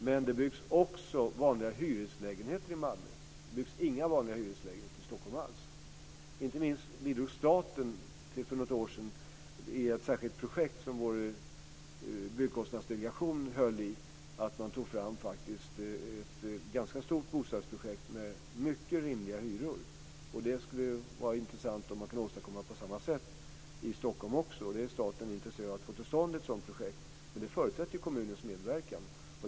Men det byggs också vanliga hyreslägenheter i Malmö. Det byggs inga vanliga hyreslägenheter alls i Stockholm. För något år sedan bidrog staten till ett särskilt projekt som vår byggkostnadsdelegation höll i, där man tog fram ett stort bostadsprojekt med mycket rimliga hyror. Det skulle vara intressant om man kunde åstadkomma något på samma sätt i Stockholm. Staten är intresserad av att få till stånd ett sådant projekt. Men det förutsätter kommunens medverkan.